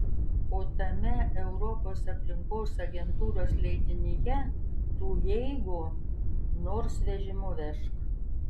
o tame europos aplinkos agentūros leidinyje tų jeigu nors vežimu vežk